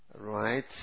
Right